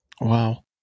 Wow